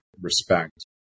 respect